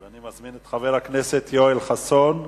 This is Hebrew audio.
אני מזמין את חבר הכנסת יואל חסון,